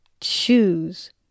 Choose